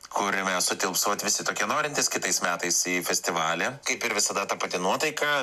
kuriame sutilps vat visi tokie norintys kitais metais į festivalį kaip ir visada ta pati nuotaika